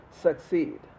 succeed